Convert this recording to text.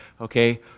Okay